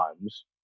times